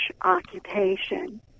occupation